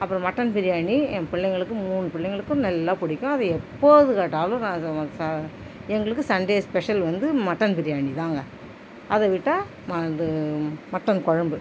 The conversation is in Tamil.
அப்புறம் மட்டன் பிரியாணி என் பிள்ளைங்களுக்கும் மூணு பிள்ளைங்களுக்கும் நல்லா பிடிக்கும் அது எப்போது கேட்டாலும் நான் அதை ச எங்களுக்கு சண்டே ஸ்பெஷல் வந்து மட்டன் பிரியாணிதாங்க அதை விட்டால் ம அது மட்டன் குழம்பு